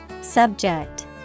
subject